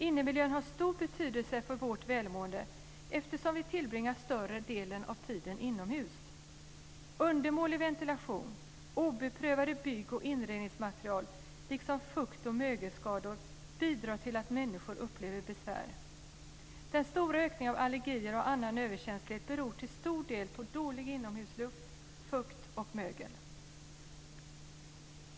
Innemiljön har stor betydelse för vårt välmående eftersom vi tillbringar större delen av vår tid inomhus. Undermålig ventilation, obeprövade bygg och inredningsmaterial liksom fukt och mögelskador bidrar till att människor upplever besvär. Den stora ökningen av allergier och annan överkänslighet beror till stor del på dålig inomhusluft, fukt och mögel.